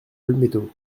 olmeto